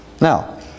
Now